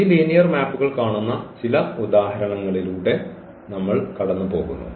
ഈ ലീനിയർ മാപ്പുകൾ കാണുന്ന ചില ഉദാഹരണങ്ങളിലൂടെ നമ്മൾ കടന്നുപോകുന്നു